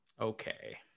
Okay